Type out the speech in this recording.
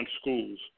schools